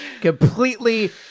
Completely